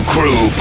Crew